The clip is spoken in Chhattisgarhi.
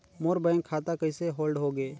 मोर बैंक खाता कइसे होल्ड होगे?